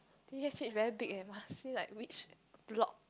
T_T_S_H very big leh must see like which block